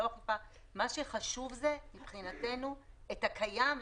מבחינתנו מה שחשוב זה שאת הקיים לפחות,